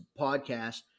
podcast